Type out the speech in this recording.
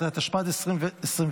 17), התשפ"ד 2024,